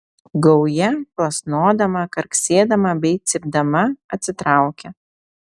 gauja plasnodama karksėdama bei cypdama atsitraukė